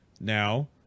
now